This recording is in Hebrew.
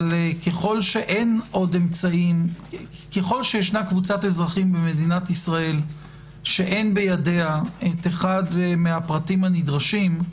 ככל שיש קבוצת אזרחים במדינת ישראל שאין בידה אחד מהפרטים הנדרשים,